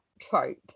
trope